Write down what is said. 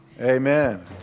Amen